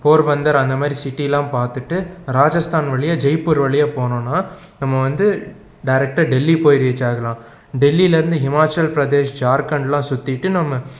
போர்பந்தர் அது மாதிரி சிட்டிலாம் பார்த்துட்டு ராஜஸ்தான் வழியாக ஜெய்பூர் வழியாக போனோன்னால் நம்ம வந்து டெரெக்டாக டெல்லி போய் ரீச் ஆகலாம் டெல்லியில் இருந்து ஹிமாச்சல் பிரதேஷ் ஜார்கண்ட்லாம் சுற்றிட்டு நம்ம